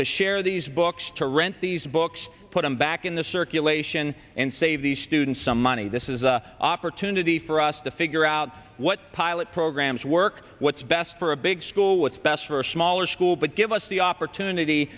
to share these books to rent these books put them back in the circulation and save the students some money this is an opportunity for us to figure out what pilot programs work what's best for a big school what's best for a smaller school but give us the opportunity